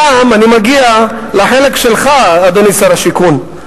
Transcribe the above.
גם אני מגיע לחלק שלך, אדוני שר השיכון.